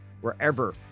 wherever